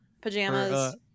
pajamas